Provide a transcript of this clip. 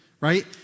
right